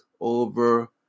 over